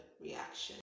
reaction